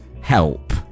Help